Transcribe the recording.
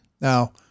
Now